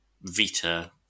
Vita